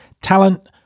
talent